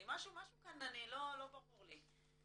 משהו כאן לא ברור לי.